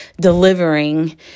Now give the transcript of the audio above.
delivering